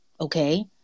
okay